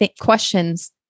questions